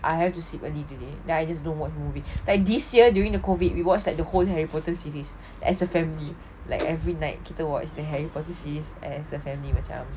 I have to sleep early today then I don't watch movie like this year during the COVID we watch like the whole harry potter series as a family like every night kita watch the harry potter series as a family macam